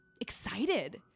excited